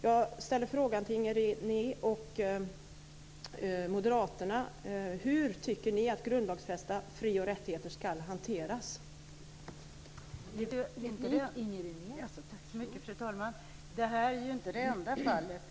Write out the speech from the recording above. Jag ställer frågan till Inger René och moderaterna: Hur tycker ni att grundlagsfästa fri och rättigheter ska hanteras?